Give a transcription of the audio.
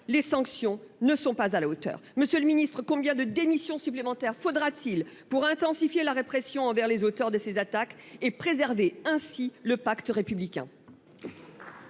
les sanctions ne sont pas à la hauteur. Monsieur le Ministre, combien de démissions supplémentaires faudra-t-il pour intensifier la répression envers les auteurs de ces attaques et préserver ainsi le pacte républicain.